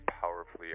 powerfully